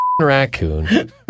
raccoon